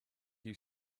you